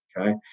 Okay